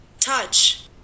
touch